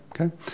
Okay